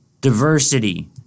Diversity